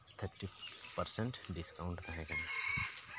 thirty percent discount ᱛᱟᱦᱮᱸ ᱠᱟᱱᱟ